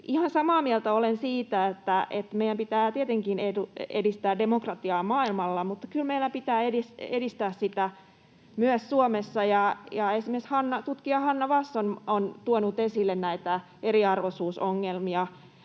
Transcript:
samaa mieltä olen siitä, että meidän pitää tietenkin edistää demokratiaa maailmalla, mutta kyllä meillä pitää edistää sitä myös Suomessa. Esimerkiksi tutkija Hanna Wass on tuonut esille näitä eriarvoisuusongelmia